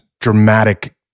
dramatic